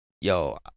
Yo